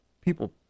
people